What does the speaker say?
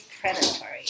predatory